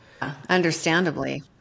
understandably